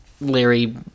Larry